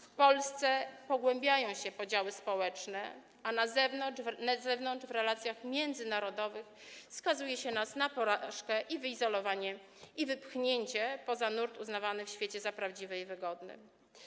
W Polsce pogłębiają się podziały społeczne, a na zewnątrz, w relacjach międzynarodowych, skazuje się nas na porażkę, wyizolowanie i wypchnięcie poza nurt uznawany w świecie za prawdziwy i wygodny.